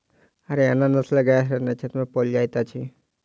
हरयाणा नस्लक गाय हरयाण क्षेत्र में पाओल जाइत अछि